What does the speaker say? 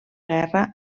guerra